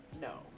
no